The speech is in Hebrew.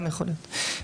גם יכול להיות.